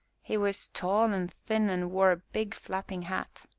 he was tall and thin, and wore a big flapping hat.